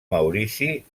maurici